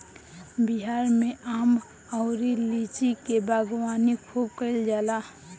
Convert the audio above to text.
बिहार में आम अउरी लीची के बागवानी खूब कईल जाला